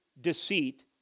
deceit